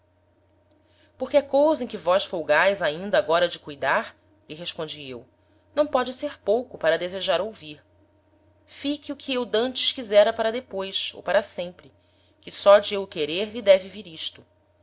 porque é cousa em que vós folgaes ainda agora de cuidar lhe respondi eu não póde ser pouco para desejar ouvir fique o que eu d'antes quisera para depois ou para sempre que só de o eu querer lhe deve vir isto